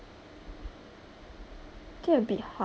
okay a bit hard